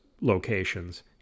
locations